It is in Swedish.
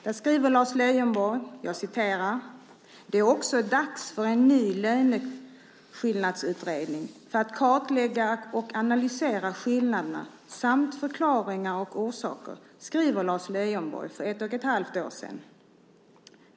Där skriver Lars Leijonborg: "Det är också dags för en ny löneskillnadsutredning för att kartlägga och analysera skillnaderna samt förklaringar och orsaker." Så skrev han för ett och ett halvt år sedan.